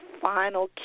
final